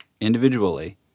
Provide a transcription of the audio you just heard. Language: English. individually